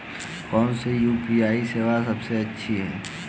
कौन सी यू.पी.आई सेवा सबसे अच्छी है?